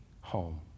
home